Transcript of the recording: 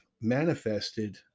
manifested